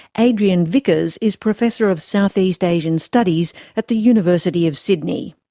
adrian vickers is professor of southeast asian studies at the university of sydney.